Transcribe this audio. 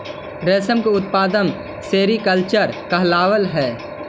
रेशम के उत्पादन सेरीकल्चर कहलावऽ हइ